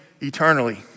eternally